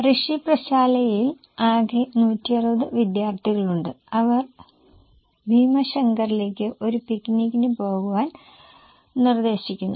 റീഷി പ്രശാലയിൽ ആകെ 160 വിദ്യാർത്ഥികളുണ്ട് അവർ ഭീമശങ്കറിലേക്ക് ഒരു പിക്നിക്കിന് പോകാൻ നിർദ്ദേശിക്കുന്നു